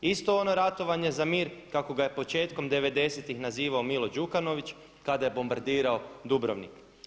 Isto ono ratovanje za mir kako ga je početkom 90.tih nazivao Milo Đukanović kada je bombardirano Dubrovnik.